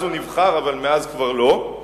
אז הוא נבחר אבל מאז כבר לא,